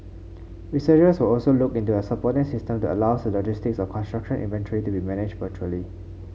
researchers will also look into a supporting system that allows the logistics of construction inventory to be managed virtually